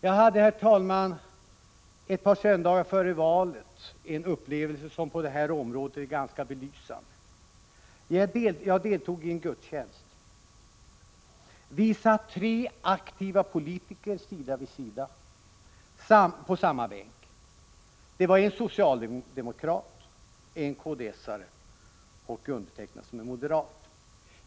Jag hade, herr talman, ett par söndagar före valet en upplevelse som på det här området är ganska belysande. Jag deltog i en gudstjänst. Vi satt tre aktiva politiker sida vid sida. Det var en socialdemokrat, en kds-are och jag själv som är moderat.